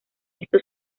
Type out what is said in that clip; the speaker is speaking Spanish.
esto